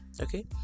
Okay